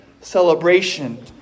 celebration